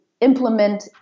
implement